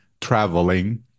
traveling